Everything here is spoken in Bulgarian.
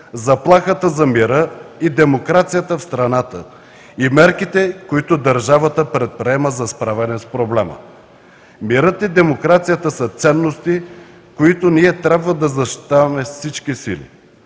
заплахата за мира и демокрацията в страната и мерките, които държавата предприема за справяне с проблема. Мирът и демокрацията са ценности, които ние трябва да защитаваме с всички сили.